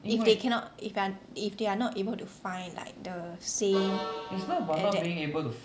if they cannot if the~ if they are not able to find like the same exact